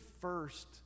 first